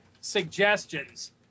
suggestions